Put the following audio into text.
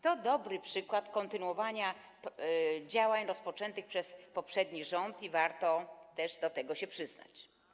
To dobry przykład kontynuowania działań rozpoczętych przez poprzedni rząd i warto też się do tego przyznać.